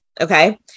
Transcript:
Okay